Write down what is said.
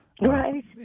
Right